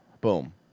Boom